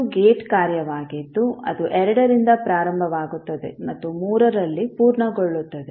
ಇದು ಗೇಟ್ ಕಾರ್ಯವಾಗಿದ್ದು ಅದು ಎರಡರಿಂದ ಪ್ರಾರಂಭವಾಗುತ್ತದೆ ಮತ್ತು ಮೂರರಲ್ಲಿ ಪೂರ್ಣಗೊಳ್ಳುತ್ತದೆ